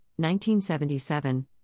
1977